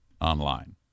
online